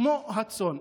כמו הצאן.